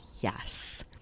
yes